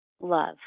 love